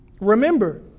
Remember